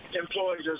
employees